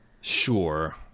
Sure